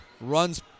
runs